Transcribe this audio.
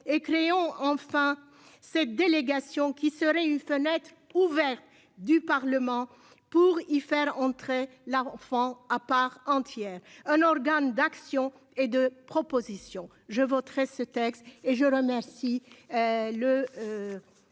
et Cléon enfin cette délégation qui serait une fenêtre ouvert du Parlement pour y faire entrer la enfant à part entière un organe d'action. Et de proposition, je voterai ce texte et je remercie. Le.